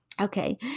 Okay